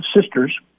sisters